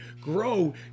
grow